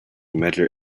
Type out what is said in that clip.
measure